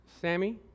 Sammy